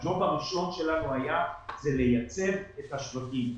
הג'וב הראשון שלנו היה לייצב את השווקים.